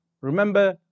remember